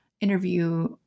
interview